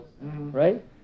right